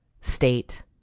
state